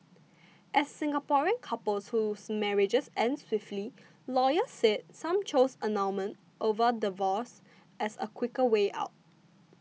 as Singaporean couples whose marriages end swiftly lawyers said some choose annulment over divorce as a quicker way out